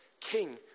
king